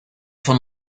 von